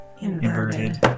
inverted